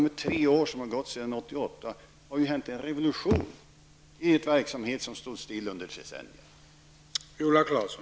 Under de tre år som har gått sedan 1988 har det ju skett en revolution med en verksamhet som stått stilla under decennier.